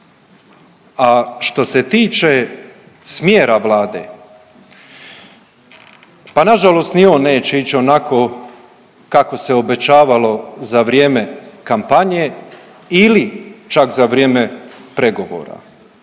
A što se tiče smjera Vlade, pa nažalost ni on neće ić onako kako se obećavalo za vrijeme kampanje ili čak za vrijeme pregovora.